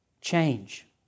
change